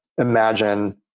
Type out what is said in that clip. imagine